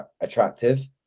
attractive